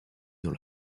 dans